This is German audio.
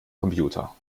computer